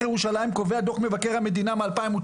ירושלים" כך קובע דו"ח מבקר המדינה מ-2019.